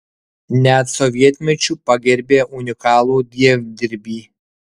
net sovietmečiu pagerbė unikalų dievdirbį